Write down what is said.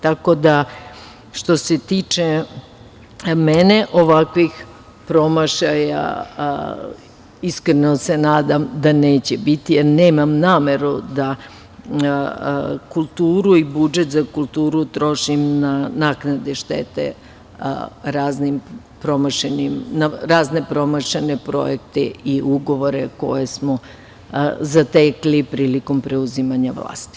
Tako da, što se tiče mene, ovakvih promašaja, iskreno se nadam, neće biti, jer nemam nameru da kulturu i budžet za kulturu trošim na naknade štete na razne promašene projekte i ugovore koje smo zatekli prilikom preuzimanja vlasti.